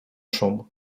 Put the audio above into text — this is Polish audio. szum